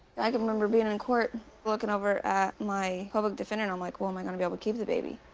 i can remember being in in court looking over at my public defender, and i'm like, well, am i gonna be able to keep the baby?